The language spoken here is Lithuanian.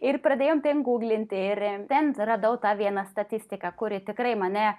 ir pradėjom ten guglinti ir bent radau tą vieną statistiką kuri tikrai mane